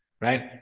right